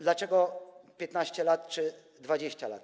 Dlaczego 15 lat czy 20 lat?